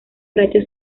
racha